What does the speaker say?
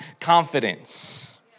confidence